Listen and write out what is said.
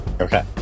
Okay